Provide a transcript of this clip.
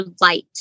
light